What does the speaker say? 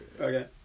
Okay